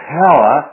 power